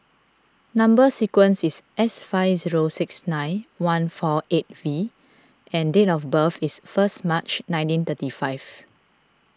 Number Sequence is S five zero six nine one four eight V and date of birth is first March nineteen thirty five